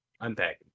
Unpacking